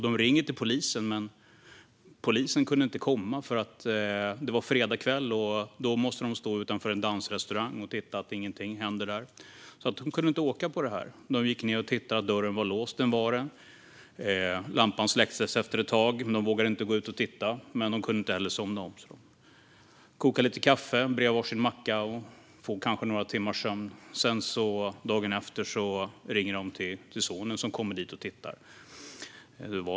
De ringde till polisen, men polisen kunde inte komma. Det var fredagskväll, och då måste polisen stå utanför en dansrestaurang och se att ingenting händer där. Polisen kunde inte åka. Paret gick ned och tittade efter att dörren var låst, och det var den. Lampan släcktes efter ett tag, men de vågade inte gå ut och titta. Inte heller kunde de somna om. De kokade lite kaffe och bredde var sin macka. Sedan blev det kanske några timmars sömn. Dagen efter ringde de till sonen, som kom dit och tittade.